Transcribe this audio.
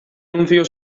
nuncio